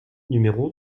numéro